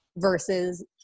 versus